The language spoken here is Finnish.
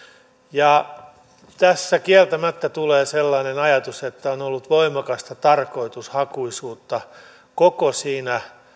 ja tässä kieltämättä tulee sellainen ajatus että on ollut voimakasta tarkoitushakuisuutta koko siinä